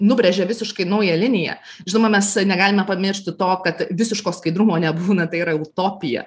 nubrėžia visiškai naują liniją žinoma mes negalime pamiršti to kad visiško skaidrumo nebūna tai yra utopija